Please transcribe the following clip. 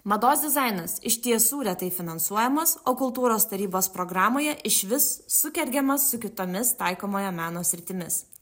mados dizainas iš tiesų retai finansuojamas o kultūros tarybos programoje išvis sukergiamas su kitomis taikomojo meno sritimis